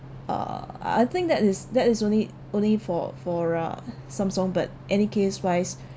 uh I think that is that is only only for for a samsung but any case wise